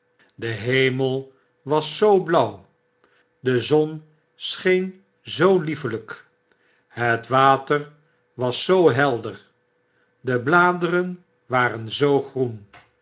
zeer vroolijk dehemelwas zoo blauw de zon scheen zoo liefelijk het water was zoo helder de bladeren waren zoo froen